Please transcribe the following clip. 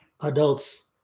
adults